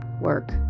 work